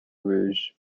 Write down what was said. rouge